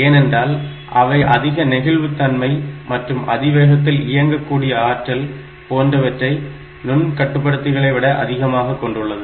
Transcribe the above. ஏனென்றால் அவை அதிக நெகிழ்வுத்தன்மை மற்றும் அதிவேகத்தில் இயங்கக்கூடிய ஆற்றல் போன்றவற்றை நுண்கட்டுப்படுத்திகளை விட அதிகமாக கொண்டுள்ளது